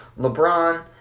LeBron